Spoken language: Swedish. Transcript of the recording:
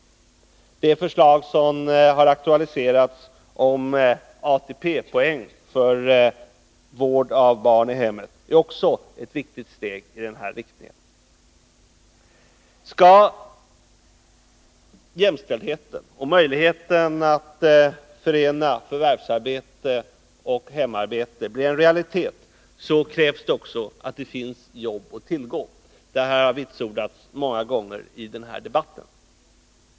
Ett genomförande av de förslag som har aktualiserats om ATP-poäng för vård av barn i hemmet är också ett viktigt steg i den här riktningen. Skall jämställdheten och möjligheten att förena förvärvsarbete och hemarbete bli en realitet krävs det också att det finns jobb att tillgå. Det här har vitsordats många gånger i den här debatten.